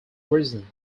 reason